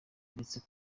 ndetse